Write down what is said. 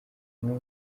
kimwe